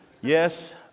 yes